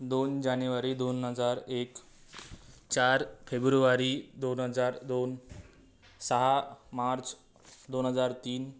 दोन जानेवारी दोन हजार एक चार फेब्रुवारी दोन हजार दोन सहा मार्च दोन हजार तीन